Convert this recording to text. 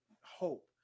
hope